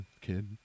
kid